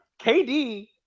KD